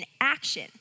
action